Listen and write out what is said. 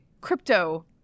crypto